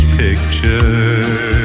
picture